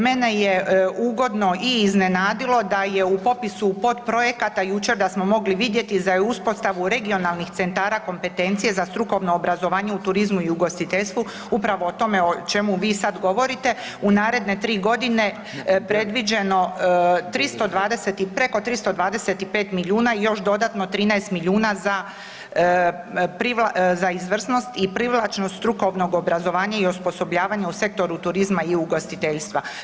Mene je ugodno i iznenadilo da je u popisu potprojekata jučer da smo mogli vidjeti za uspostavu regionalnih centara kompetencije za strukovno obrazovanje u turizmu i ugostiteljstvu upravo o tome o čemu vi sad govorite u naredne tri godine predviđeno 320 i, preko 325 milijuna i još dodatno 13 milijuna za izvrsnost i privlačnost strukovnog obrazovanja i osposobljavanja u sektoru turizma i ugostiteljstva.